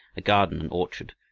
a garden and orchard,